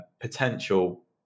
potential